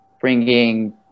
bringing